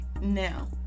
Now